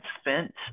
spent